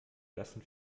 lassen